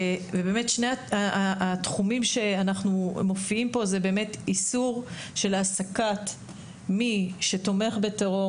שני התחומים שמופיעים פה זה באמת איסור של העסקת מי שתומך בטרור,